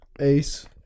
Ace